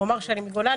הוא אמר לי שהוא מגולני,